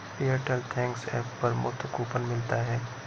Airtel thanks app पर मुफ्त coupon मिलता है